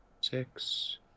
six